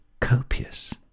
copious